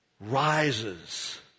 rises